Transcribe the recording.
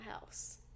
house